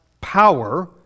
power